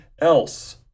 else